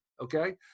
okay